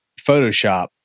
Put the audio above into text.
Photoshop